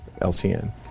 LCN